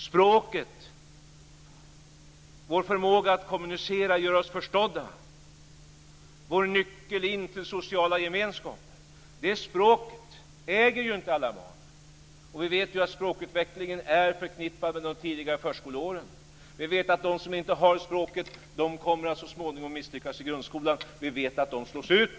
Språket, vår förmåga att kommunicera och göra oss förstådda, vår nyckel till sociala gemenskaper är det inte alla barn som äger. Vi vet att språkutvecklingen är förknippad med de tidiga förskoleåren. De som inte har språket kommer så småningom att misslyckas i grundskolan, och vi vet att de slås ut.